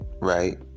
right